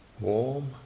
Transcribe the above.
warm